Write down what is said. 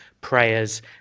prayers